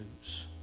news